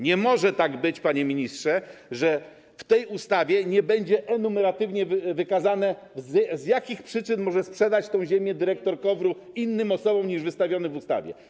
Nie może tak być, panie ministrze, że w tej ustawie nie będzie enumeratywnie wykazane, z jakich przyczyn może sprzedać tę ziemię dyrektor KOWR-u innym osobom niż jest to ustanowione w ustawie.